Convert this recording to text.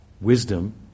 wisdom